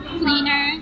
cleaner